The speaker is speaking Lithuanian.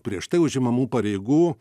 prieš tai užimamų pareigų